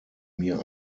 mir